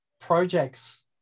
projects